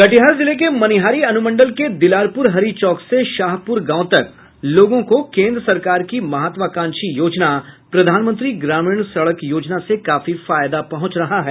कटिहार जिले के मनिहारी अनुमंडल के दिलारपुर हरि चौक से शाहपुर गांव तक लोगों को केंद्र सरकार की महत्वाकांक्षी योजना प्रधानमंत्री ग्रामीण सड़क योजना से काफी फायदा पहुँच रहा है